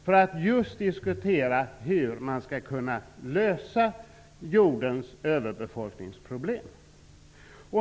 Man skall där diskutera hur man skall kunna lösa jordens överbefolkningsproblem.